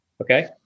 okay